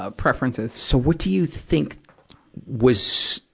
ah preferences. so what do you think was,